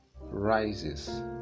rises